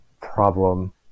problem